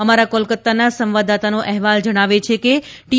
અમારા કોલકતાના સંવાદદાતાનો અહેવાલ જણાવે છે કે ટી